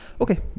Okay